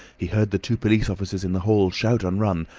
he heard the two police officers in the hall shout and run,